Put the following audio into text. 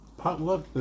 potluck